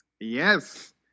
Yes